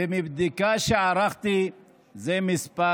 ומבדיקה שערכתי המספר